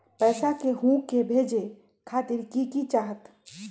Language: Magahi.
पैसा के हु के भेजे खातीर की की चाहत?